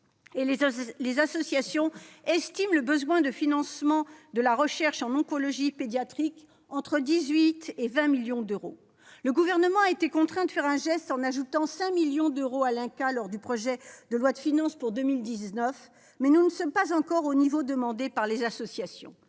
les associations estiment le besoin de financement de la recherche en oncologie pédiatrique entre 18 et 20 millions d'euros. Le Gouvernement a été contraint de faire un geste en ajoutant 5 millions d'euros au budget de l'INCa dans la loi de finances pour 2019, mais nous ne sommes pas encore au niveau demandé par les associations.